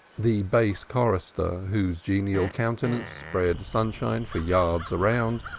the bass chorister, whose genial countenance spread sunshine for yards around,